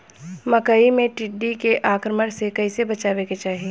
मकई मे टिड्डी के आक्रमण से कइसे बचावे के चाही?